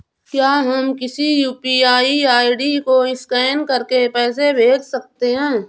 क्या हम किसी यू.पी.आई आई.डी को स्कैन करके पैसे भेज सकते हैं?